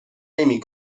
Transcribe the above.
نمی